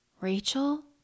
Rachel